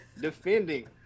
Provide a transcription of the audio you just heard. defending